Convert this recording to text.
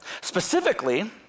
Specifically